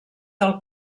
del